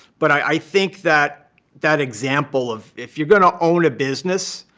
but i think that that example of if you're going to own a business,